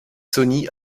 sony